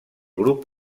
grup